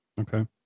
Okay